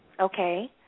Okay